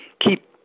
keep